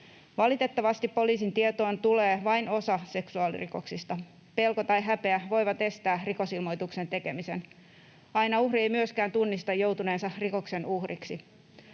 Valitettavasti poliisin tietoon tulee vain osa seksuaalirikoksista. Pelko ja häpeä voivat estää rikosilmoituksen tekemisen. Aina uhri ei myöskään tunnista joutuneensa rikoksen uhriksi.